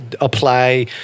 apply